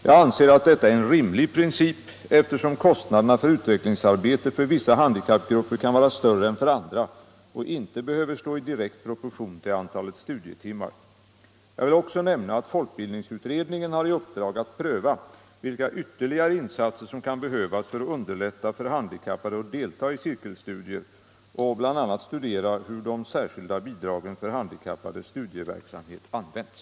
Jag anser att detta är en rimlig princip, eftersom kostnaderna för utvecklingsarbete för vissa handikappgrupper kan vara större än för andra och inte behöver stå i direkt proportion till antalet studietimmar. Jag vill också nämna att folkbildningsutredningen har i uppdrag att pröva vilka ytterligare insatser som kan behövas för att underlätta för handikappade att delta i cirkelstudier och bl.a. studera hur de särskilda bidragen för handikappades studieverksamhet används.